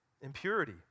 Impurity